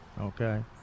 Okay